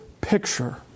picture